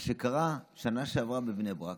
מה שקרה בשנה שעברה בבני ברק,